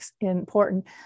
important